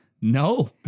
no